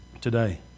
today